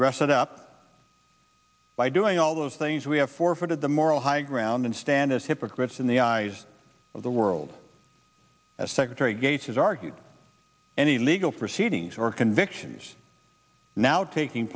dress it up by doing all those things we have forfeited the moral high ground and stand as hypocrites in the eyes of the world as secretary gates has argued any legal proceedings or convictions now taking